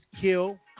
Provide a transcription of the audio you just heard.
kill